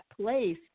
place